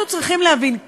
אנחנו צריכים להבין,